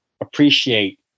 appreciate